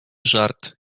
żart